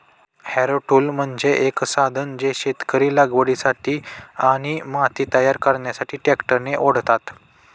Harrow tool म्हणजे एक साधन जे शेतकरी लागवडीसाठी आणि माती तयार करण्यासाठी ट्रॅक्टरने ओढतात